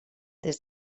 des